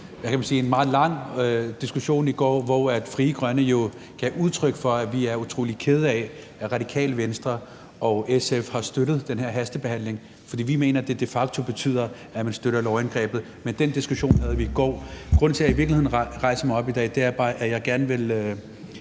jo en meget lang diskussion i går, hvor Frie Grønne gav udtryk for, at vi er utrolig kede af, at Radikale Venstre og SF har støttet den her hastebehandling, fordi vi mener, det de facto betyder, at man støtter lovindgrebet, men den diskussion havde vi i går. Grunden til, at jeg rejser mig op i dag, er, at jeg bare gerne vil